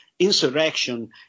insurrection